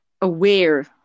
aware